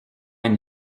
une